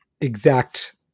exact